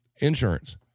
insurance